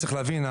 צריך להבין,